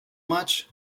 much